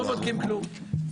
לא בודקים כלום.